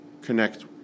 connect